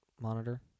monitor